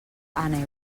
àneu